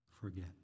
forget